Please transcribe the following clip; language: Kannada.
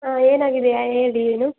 ಹಾಂ ಏನಾಗಿದೆ ಹಾಂ ಹೇಳಿ ಏನು